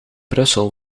brussel